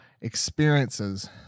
experiences